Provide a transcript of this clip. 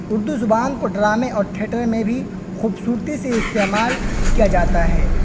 اردو زبان کو ڈرامے اور تھیٹر میں بھی خوبصورتی سے استعمال کیا جاتا ہے